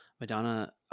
Madonna